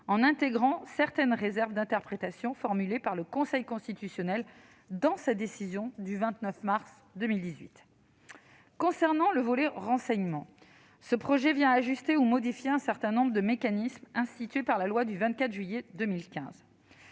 en intégrant certaines réserves d'interprétation formulées par le Conseil constitutionnel dans sa décision du 29 mars 2018. Concernant le volet renseignement, ce projet de loi ajuste ou modifie un certain nombre de mécanismes institués par la loi du 24 juillet 2015.